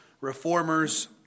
reformers